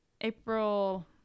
April